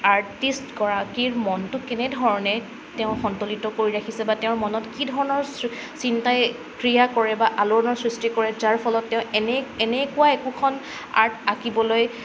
আৰ্টিষ্টগৰাকীৰ মনটো কেনেধৰণে তেওঁ সন্তুলিত কৰি ৰাখিছে বা তেওঁৰ মনত কি ধৰণৰ চিন্তাই ক্ৰিয়া কৰে বা আলোড়নৰ সৃষ্টি কৰে যাৰ ফলত তেওঁ এনে এক এনেকুৱা একোখন আৰ্ট আঁকিবলৈ